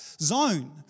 zone